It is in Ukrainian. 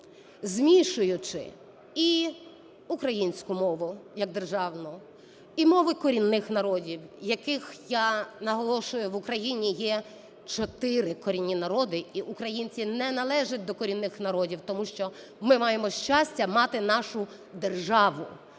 змішуючи і українську мову як державну, і мови корінних народів, яких я, наголошую, в Україні є чотири корінні народи і українці не належать до корінних народів, тому що ми маємо щастя мати нашу державу,